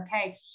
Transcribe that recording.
Okay